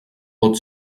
pot